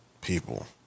people